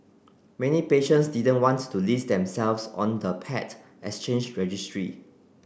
many patients didn't wants to list themselves on the paired exchange registry